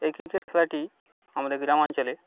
এই ক্রিকেট খেলাটি আমাদের গ্রামাঞ্চলে